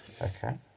Okay